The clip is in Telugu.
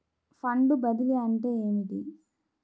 ఫండ్ బదిలీ అంటే ఏమిటి?